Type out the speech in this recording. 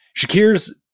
shakir's